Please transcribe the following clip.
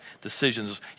decisions